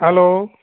hello